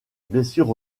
blessure